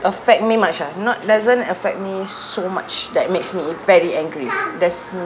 affect me much ah not doesn't affect me so much that makes me very angry there's